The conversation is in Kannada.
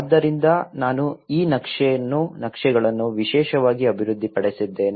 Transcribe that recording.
ಆದ್ದರಿಂದ ನಾನು ಈ ನಕ್ಷೆಗಳನ್ನು ವಿಶೇಷವಾಗಿ ಅಭಿವೃದ್ಧಿಪಡಿಸಿದ್ದೇನೆ